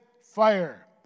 fire